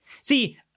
See